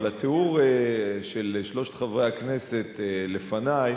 אבל התיאור של שלושת חברי הכנסת לפני,